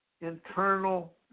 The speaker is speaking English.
internal